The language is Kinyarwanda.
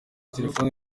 telefoni